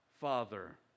Father